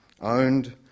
owned